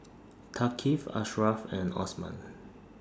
Thaqif Ashraff and Osman